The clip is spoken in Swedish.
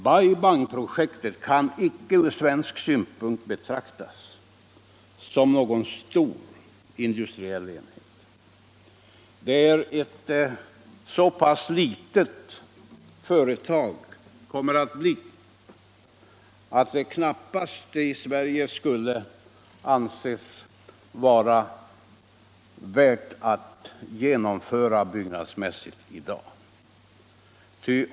Bai Bang-projektet kan icke från svensk synpunkt betraktas som någon stor industriell enhet. Det kommer att bli ett så pass litet företag att det knappast i Sverige skulle anses vara värt att genomföras byggnadsmässigt i dag.